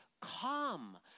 Come